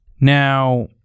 Now